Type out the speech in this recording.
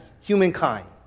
Humankind